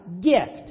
gift